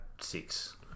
six